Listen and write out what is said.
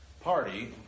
party